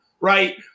right